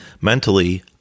Mentally